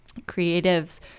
creatives